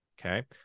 Okay